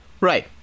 Right